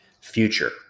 future